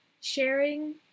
sharing